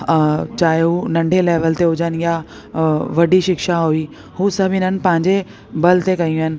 चाहे हुओ नंढे लैवल ते हुजनि या वॾी शिक्षा हुई हूअ सभु हिननि पंहिंजे बल ते कयूं आहिनि